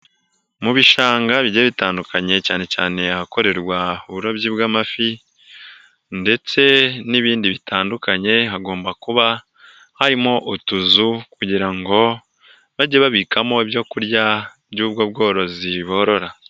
Mu bishanga bigiye bitandukanye cyane cyane ahakorerwa uburobyi bw'amafi ndetse n'ibindi bitandukanye hagomba kuba harimo utuzu kugira ngo bajye babikamo ibyo kurya by'ubwo bworozi borora.